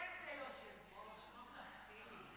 איזה יושב-ראש ממלכתי.